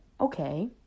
okay